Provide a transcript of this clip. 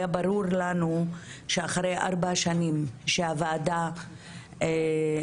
ברור לנו שאחרי ארבע שנים שהוועדה הבין-משרדית